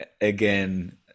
again